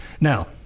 Now